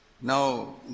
Now